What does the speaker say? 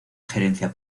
gerencia